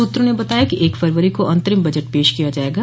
सूत्रों ने बताया है कि एक फरवरी को अंतरिम बजट पेश किया जायेगा